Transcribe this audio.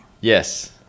yes